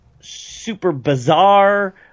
super-bizarre